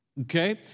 Okay